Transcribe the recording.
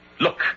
Look